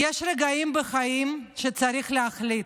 יש רגעים בחיים שצריך להחליט,